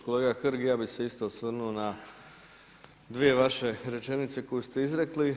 Kolega Hrg, ja bi se isto osvrnuo na dvije vaše rečenice koje ste izrekli.